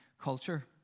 culture